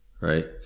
right